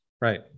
right